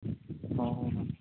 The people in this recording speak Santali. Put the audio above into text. ᱦᱮᱸ